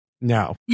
No